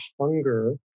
hunger